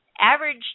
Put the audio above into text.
Average